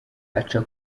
aca